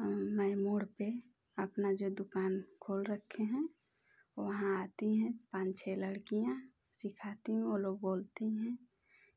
मैं मोड़ पे अपना जो दुकान खोल रखे हैं वहाँ आती हैं पाँच छः लड़कियाँ सिखाती हूँ वो लोग बोलती हैं